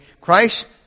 Christ